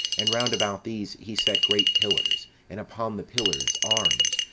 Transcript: and round about these he set great pillars and upon the pillars, arms,